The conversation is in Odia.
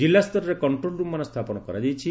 ଜିଲ୍ଲାସ୍ତରରେ କଣ୍ଟ୍ରୋଲ ରୁମ୍ମାନ ସ୍ଥାପନ କରାଯାଇଛି